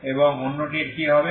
এবং অন্যটির কী হবে